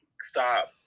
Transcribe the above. stop